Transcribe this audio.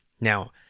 Now